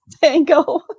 tango